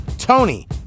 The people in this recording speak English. Tony